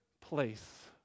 place